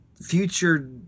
future